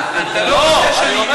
זה בטוח.